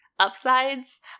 upsides